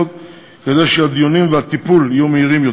כדי שהדיונים והטיפול יהיו מהירים יותר.